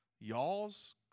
y'all's